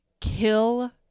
kill